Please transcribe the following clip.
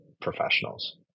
professionals